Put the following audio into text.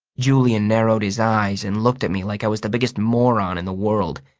julian narrowed his eyes and looked at me like i was the biggest moron in the world.